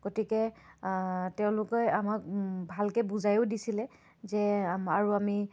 গতিকে তেওঁলোকে আমাক ভালকৈ বুজায়ো দিছিলে যে আৰু আমি